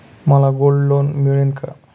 मला gold loan मिळेल का?